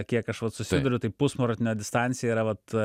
kiek aš vat susiduriu tai pusmaratonio distancija yra vat